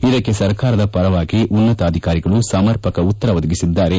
ಇದಕ್ಕೆ ಸರ್ಕಾರದ ಪರವಾಗಿ ಉನ್ನತಾಧಿಕಾರಿಗಳು ಸಮರ್ಪಕ ಉತ್ತರ ಒದಗಿಸಿದ್ದಾರೆ